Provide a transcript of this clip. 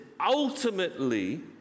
ultimately